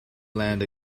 land